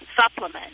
supplement